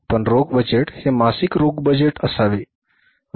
पण रोख बजेट हे मासिक रोख बजेट असावे